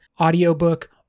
audiobook